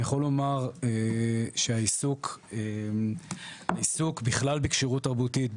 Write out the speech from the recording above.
אני יכול לומר שהעיסוק בכלל בכשירות תרבותית,